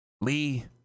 Lee